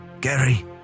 Gary